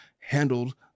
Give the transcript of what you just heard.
handled